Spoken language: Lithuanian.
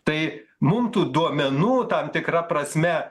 tai mum tų duomenų tam tikra prasme